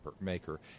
Maker